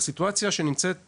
בסיטואציה שנמצאת בממשלה,